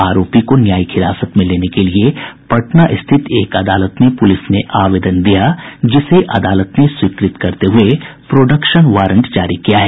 आरोपी को न्यायिक हिरासत में लेने के लिए पटना स्थित एक अदालत में पुलिस ने आवेदन दिया जिसे अदालन ने स्वीकृत करते हुये प्रोडक्शन वारंट जारी किया है